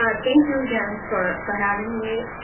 ah thank you, again, for for having me.